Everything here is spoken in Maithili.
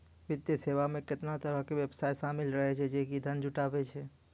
वित्तीय सेवा मे केतना तरहो के व्यवसाय शामिल रहै छै जे कि धन जुटाबै छै